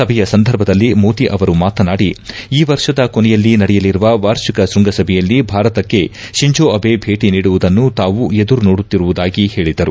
ಸಭೆಯ ಸಂದರ್ಭದಲ್ಲಿ ಮೋದಿ ಅವರು ಮಾತನಾಡಿ ಈ ವರ್ಷದ ಕೊನೆಯಲ್ಲಿ ನಡೆಯಲಿರುವ ವಾರ್ಷಿಕ ಶೃಂಗಸಭೆಯಲ್ಲಿ ಭಾರತಕ್ಕೆ ಶಿಂಜೊ ಅಬೆ ಭೇಟಿ ನೀಡುವುದನ್ನು ತಾವು ಎದುರುನೋಡುತ್ತಿರುವುದಾಗಿ ಹೇಳದರು